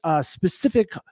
specific